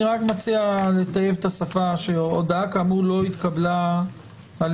אני רק מציע לטייב את השפה שהודעה כאמור לא התקבלה על